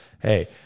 hey